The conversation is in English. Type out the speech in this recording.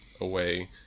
away